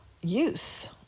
use